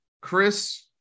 Chris